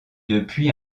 depuis